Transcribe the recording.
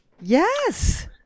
Yes